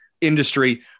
industry